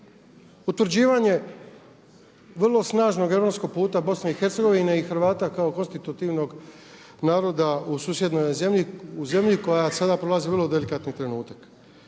utvrđivanje vrlo snažnog europskog puta BiH i Hrvata kao konstitutivnog naroda u susjednoj zemlji u zemlji koja sada prolazi vrlo delikatan trenutak.